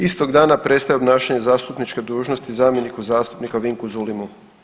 Istog dana prestaje obnašanje zastupničke dužnosti zamjeniku zastupnika Vinku Zulimu.